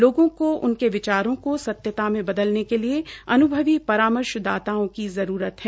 लोगों को उनके विचारों की सत्यता में बदलने के लिए अन्भवी परामर्शदाताओं की जरूरत है